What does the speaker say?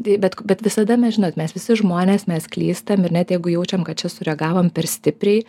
taip bet bet visada mes žinot mes visi žmonės mes klystam ir net jeigu jaučiam kad čia sureagavom per stipriai